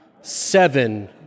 Seven